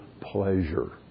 pleasure